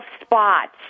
spots